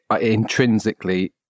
intrinsically